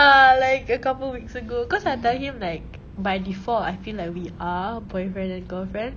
err like a couple of weeks ago cause I tell him like by default I feel like we are boyfriend and girlfriend